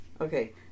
Okay